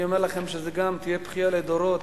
אני אומר לכם שזו תהיה בכייה לדורות.